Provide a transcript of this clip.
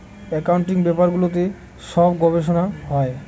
accounting ব্যাপারগুলোতে সব গবেষনা হয়